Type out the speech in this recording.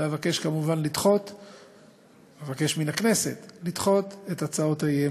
ואבקש כמובן מן הכנסת לדחות את הצעות האי-אמון.